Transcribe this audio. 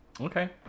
Okay